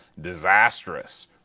Disastrous